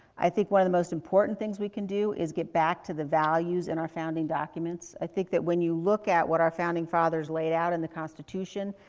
i think one of the most important things we can do is get back to the values in our founding documents. i think that when you look at what our founding fathers laid out in the constitution,